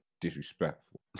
Disrespectful